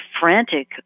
frantic